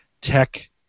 tech